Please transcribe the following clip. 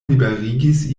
liberigis